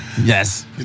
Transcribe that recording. Yes